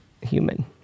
human